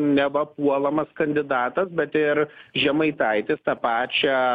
neva puolamas kandidatas bet ir žemaitaitis tą pačią